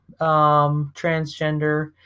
transgender